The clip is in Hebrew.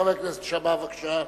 חבר הכנסת שאמה, בבקשה.